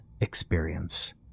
experience